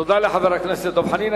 תודה לחבר הכנסת דב חנין.